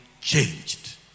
changed